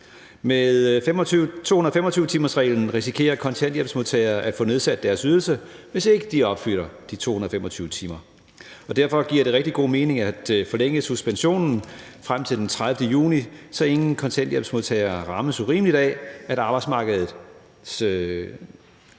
Med 225-timersreglen risikerer kontanthjælpsmodtagere at få nedsat deres ydelse, hvis ikke de opfylder kravet om de 225 timer. Og derfor giver det rigtig god mening at forlænge suspensionen frem til den 30. juni, så ingen kontanthjælpsmodtagere rammes urimeligt af, at arbejdsmarkedet